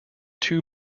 two